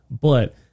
But-